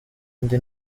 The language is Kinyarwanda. indi